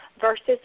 versus